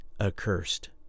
accursed